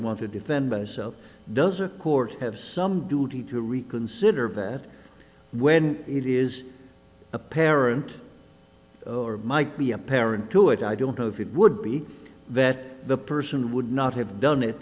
want to defend myself does a court have some duty to reconsider that when it is apparent or might be apparent to it i don't know if it would be that the person would not have done it